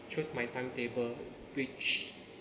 choose my timetable which